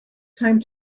time